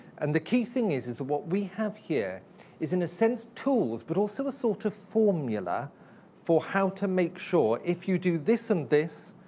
and the key thing is is what we have here is, in a sense, tools, but also a sort of formula for how to make sure, if you do this and this,